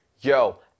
yo